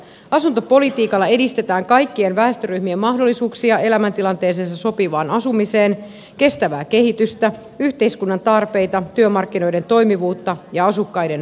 asuntopolitiikalla edistetään kaikkien väestöryhmien mahdollisuuksia elämäntilanteeseensa sopivaan asumiseen kestävää kehitystä yhteiskunnan tarpeita työmarkkinoiden toimivuutta ja asukkaiden vaikutusmahdollisuuksia